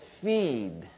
feed